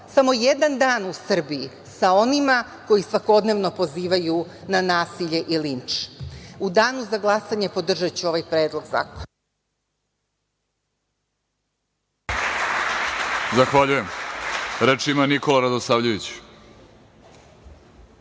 samo jedan dan u Srbiji sa onima koji svakodnevno pozivaju na nasilje i linč.U danu za glasanje podržaću ovaj predlog zakona.